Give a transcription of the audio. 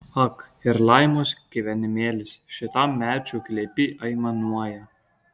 ak ir laimos gyvenimėlis šitam medžių glėby aimanuoja